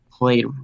Played